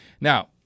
Now